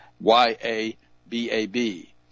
Y-A-B-A-B